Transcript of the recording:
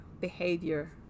behavior